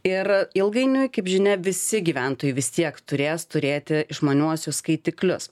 ir ilgainiui kaip žinia visi gyventojai vis tiek turės turėti išmaniuosius skaitiklius